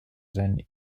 than